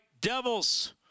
Devils